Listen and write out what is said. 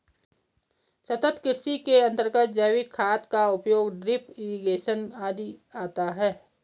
सतत् कृषि के अंतर्गत जैविक खाद का उपयोग, ड्रिप इरिगेशन आदि आता है